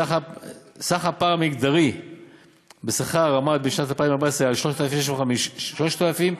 סך הפער המגדרי בשכר עמד בשנת 2014 על 3,650 שקלים.